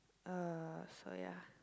uh so ya